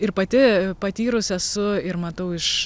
ir pati patyrus esu ir matau iš